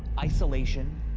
isolation,